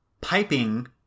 piping